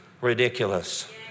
ridiculous